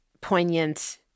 poignant